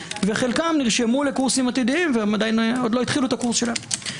וחלקם נרשמו לקורסים עתידיים ועדיין לא החלו את הקורס שלהם.